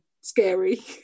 scary